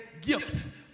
gifts